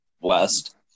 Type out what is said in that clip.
West